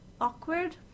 awkward